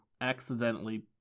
accidentally